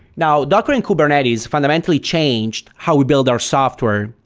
now docker and kubernetes fundamentally changed how we build our software,